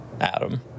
Adam